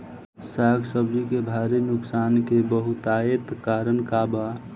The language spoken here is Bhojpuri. साग सब्जी के भारी नुकसान के बहुतायत कारण का बा?